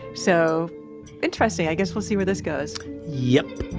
so interesting. i guess we'll see where this goes yep